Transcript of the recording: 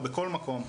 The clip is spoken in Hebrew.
או בכל מקום,